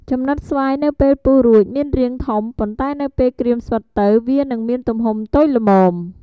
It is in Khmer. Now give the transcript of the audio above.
ចំំណិតស្វាយនៅពេលពុះរួចមានរាងធំ ប៉ុន្ដែនៅពេលក្រៀមស្វិតទៅវានឹងមានទំហំតូចល្មម។